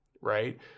right